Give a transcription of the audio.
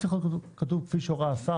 לדעתי צריך להיות כתוב פה 'כפי שהורה השר'